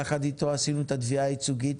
יחד איתו עשינו את התביעה הייצוגית